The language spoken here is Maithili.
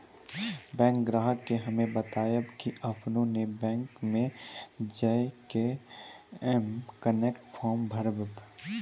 बैंक ग्राहक के हम्मे बतायब की आपने ने बैंक मे जय के एम कनेक्ट फॉर्म भरबऽ